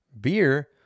Beer